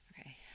Okay